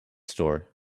store